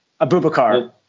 Abubakar